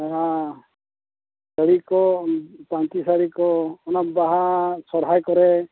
ᱥᱟᱹᱲᱤ ᱠᱚ ᱯᱟᱹᱧᱪᱤ ᱥᱟᱹᱲᱤ ᱠᱚ ᱚᱱᱟ ᱵᱟᱦᱟ ᱥᱚᱨᱦᱟᱭ ᱠᱚᱨᱮ